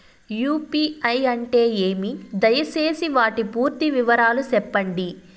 UPI అంటే ఏమి? దయసేసి వాటి పూర్తి వివరాలు సెప్పండి?